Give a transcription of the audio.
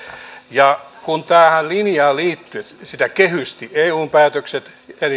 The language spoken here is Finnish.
tätä linjaa kehystivät eun päätökset